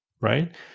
Right